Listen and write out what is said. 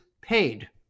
paid